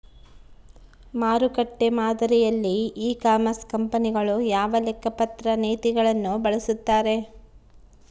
ಮಾರುಕಟ್ಟೆ ಮಾದರಿಯಲ್ಲಿ e commerce ಕಂಪನಿಗಳು ಯಾವ ಲೆಕ್ಕಪತ್ರ ನೇತಿಗಳನ್ನು ಬಳಸುತ್ತಾರೆ?